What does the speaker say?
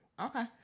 Okay